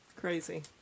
crazy